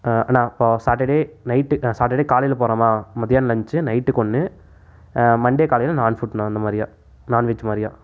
அண்ணா இப்போது Saturday night Saturday காலையில் போகிறோமா மத்தியான லஞ்ச்சு நைட்டுக்கு ஒன்று மண்டே காலையில் நான் ஃபுட்டு அந்த மாதிரியா நான்வெஜ் மாதிரியா